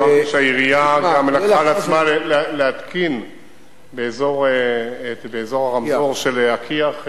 אמרתי שהעירייה גם לקחה על עצמה להתקין באזור הרמזור של כי"ח,